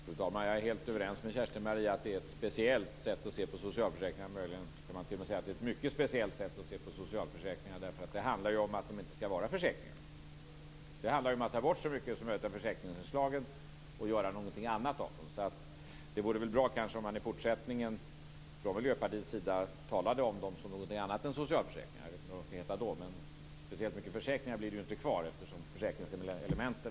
Fru talman! Jag är helt överens med Kerstin Maria om att det är ett speciellt sätt att se på socialförsäkringar. Möjligen kan man t.o.m. säga att det är mycket speciellt, eftersom det handlar om att socialförsäkringarna inte skall vara försäkringar. Det handlar ju om att ta bort så mycket som möjligt av försäkringsinslagen och göra någonting annat av dem. Det vore bra om man från Miljöpartiets sida i fortsättningen talade om dem som någonting annat än socialförsäkringar. Jag vet inte vad de skall heta då, men det blir inte speciellt mycket av försäkringar kvar, eftersom ni vill ta bort försäkringselementen.